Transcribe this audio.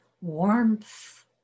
warmth